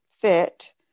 fit